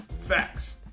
Facts